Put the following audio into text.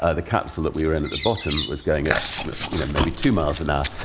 ah the capsule that we were in at the bottom was going at you know maybe two miles an hour,